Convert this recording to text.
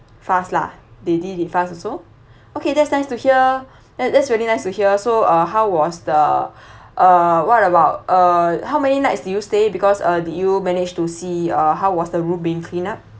fast lah they did it fast also okay that's nice to hear that that's really nice to hear so uh how was the uh what about uh how many nights did you stay because uh did you manage to see uh how was the room being cleaned up